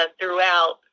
throughout